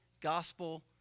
gospel